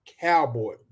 Cowboy